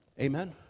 Amen